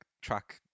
track